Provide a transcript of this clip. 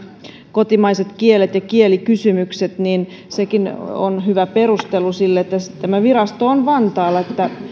kotimaisten kielten ja kielikysymysten huomioon ottaminenkin on hyvä perustelu sille että tämä virasto on vantaalla